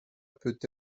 peut